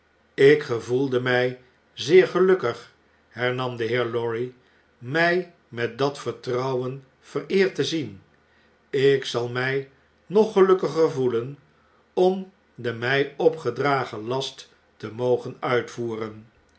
ik gevoelde my zeer gelukkig hernam de heer lorry b my met dat vertrouwen vereerd te zien ik zal my nog gelukkiger gevoelen om den my opgedragen last te mogen uitvoeren